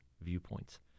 viewpoints